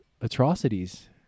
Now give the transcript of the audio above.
atrocities